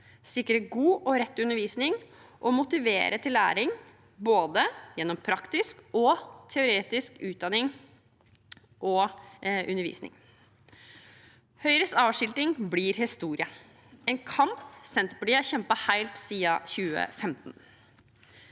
sikre god og rett undervisning og motivere til læring gjennom både praktisk og teoretisk utdanning og undervisning. Høyres avskilting blir historie – en kamp Senterpartiet har kjempet helt siden 2015.